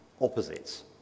opposites